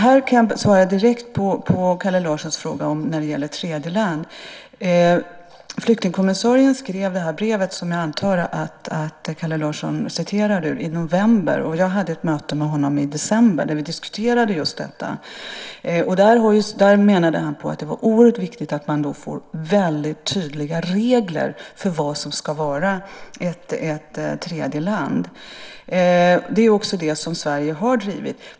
När det gäller Kalle Larssons fråga om tredjeland kan jag svara direkt. Flyktingkommissarien skrev i november det brev som jag antar att Kalle citerade ur. Jag hade ett möte med honom i december där vi diskuterade just detta. Han menade på att det var oerhört viktigt att man får väldigt tydliga regler för vad som ska vara ett tredjeland. Det är också det som Sverige har drivit.